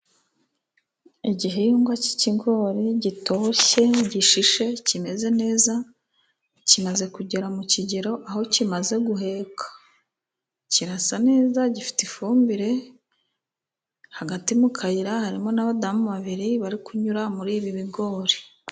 Igihingwa cy'ikigori gitoshye, gishishe kimeze neza, kimaze kugera mu kigero aho kimaze guheka, kirasa neza gifite ifumbire hagati mu kayira harimo n'abadamu babiri bari kunyura muri ibi bigori.